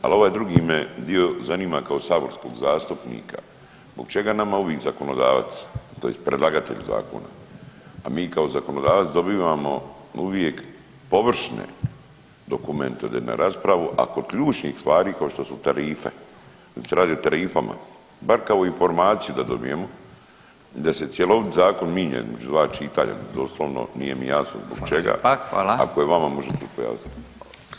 Ali ovaj drugi me dio zanima kao saborskog zastupnika, zbog čega nama uvik zakonodavac tj. predlagatelj zakona, a mi kao zakonodavac dobivamo uvijek površne dokumente ovdje na raspravu, a kod ključnih stvari kao što su tarife, ovdje se radi o tarifama bar kao informaciju dobijemo i da se cjelovit zakon minja između dva čitanja doslovno nije mi jasno zbog čega [[Upadica: Hvala lijepa, hvala.]] ako je vama možete mi pojasniti.